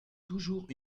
toujours